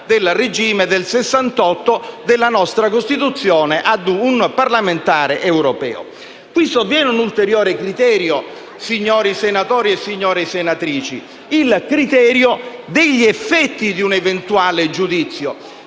quello degli effetti di un eventuale giudizio,